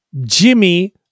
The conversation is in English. Jimmy